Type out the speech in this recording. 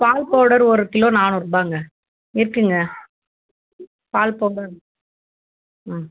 பால் powder ஒரு kilo நானூறுபாங்க இருக்குங்க பால் பவுடர் ம்